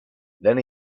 then